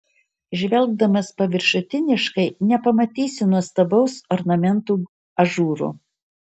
žvelgdamas paviršutiniškai nepamatysi nuostabaus ornamentų ažūro